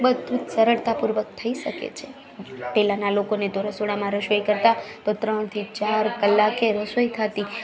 બધુ સરળતા પૂર્વક થઈ શકે છે પહેલાના લોકોને તો રસોડામાં રસોઈ કરતાં ત્રણથી ચાર કલાકે રસોઈ થતી